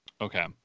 Okay